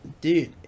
Dude